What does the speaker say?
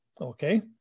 Okay